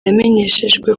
yamenyeshejwe